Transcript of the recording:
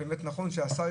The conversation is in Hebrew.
הכשר.